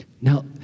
now